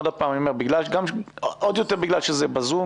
עוד הפעם, עוד יותר, גם בגלל שזה ב"זום",